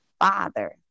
father